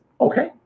Okay